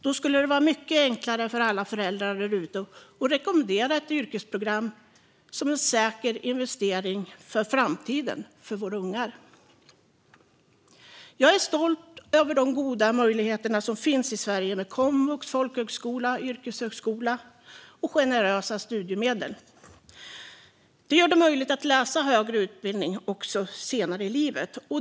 Då skulle det vara mycket enklare för alla föräldrar där ute att rekommendera ett yrkesprogram som en säker investering för framtiden för våra unga. Jag är stolt över de goda möjligheter som finns i Sverige med komvux, folkhögskola, yrkeshögskola och generösa studiemedel. Det gör det möjligt att läsa högre utbildning också senare i livet.